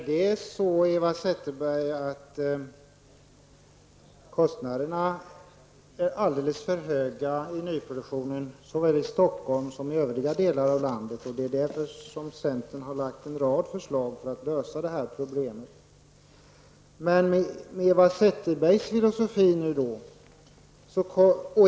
Herr talman! Kostnaderna är alldeles för höga i nyproduktionen såväl i Stockholm som i övriga delar av landet, Eva Zetterberg, och centern har lagt fram en rad förslag för att lösa detta problem.